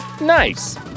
nice